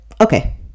okay